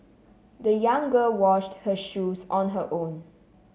the young girl washed her shoes on her own